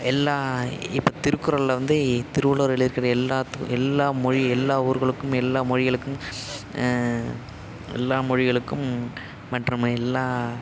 எல்லா இப்போ திருக்குறளில் வந்து திருவள்ளுவர் எழுதிக்கிற எல்லா எல்லா மொழி எல்லா ஊர்களுக்கும் எல்லா மொழிகளுக்கும் எல்லா மொழிகளுக்கும் மற்றும் எல்லா